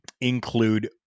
include